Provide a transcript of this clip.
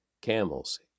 camels